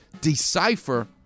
decipher